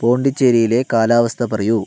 പോണ്ടിച്ചേരിയിലെ കാലാവസ്ഥ പറയൂ